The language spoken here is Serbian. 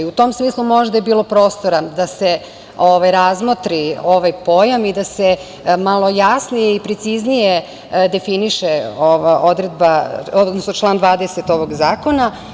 U tom smislu možda je bilo prostora da se razmotri ovaj pojam i da se malo jasnije i preciznije definiše član 20. ovog zakona.